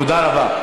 תודה רבה.